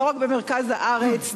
לא רק במרכז הארץ,